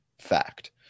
fact